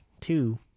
two